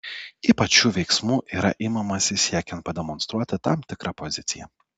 ypač šių veiksmų yra imamasi siekiant pademonstruoti tam tikrą poziciją